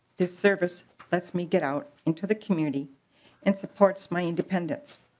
the service lets me get out into the community and supports my independence